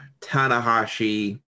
Tanahashi